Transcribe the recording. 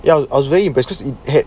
ya I was very impressed with it